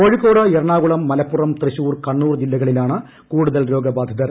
കോഴിക്കോട് എറണാകുള്ം മ്ലപ്പുറം തൃശൂർ കണ്ണൂർ ജില്ലകളിലാണ് കൂടുതൽ ട്രോഗബാധിതർ